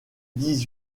dix